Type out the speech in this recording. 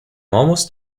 almost